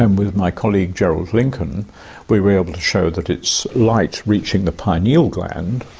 and with my colleague gerald lincoln we were able to show that it's light reaching the pineal gland,